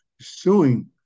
suing